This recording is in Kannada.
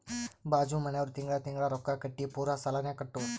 ಬಾಜು ಮನ್ಯಾವ್ರು ತಿಂಗಳಾ ತಿಂಗಳಾ ರೊಕ್ಕಾ ಕಟ್ಟಿ ಪೂರಾ ಸಾಲಾನೇ ಕಟ್ಟುರ್